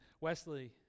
Wesley